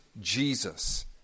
Jesus